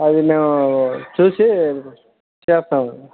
అది మేము చూసి చేస్తాములేండి